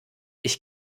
ich